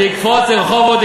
תקפוץ לרחובות,